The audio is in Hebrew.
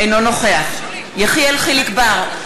אינו נוכח יחיאל חיליק בר,